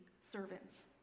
servants